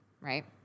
right